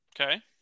Okay